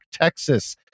Texas